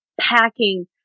packing